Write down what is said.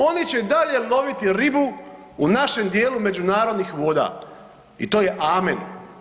Oni će i dalje loviti ribu u našem dijelu međunarodnih voda i to je amen.